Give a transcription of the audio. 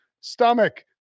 stomach